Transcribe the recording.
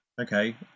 Okay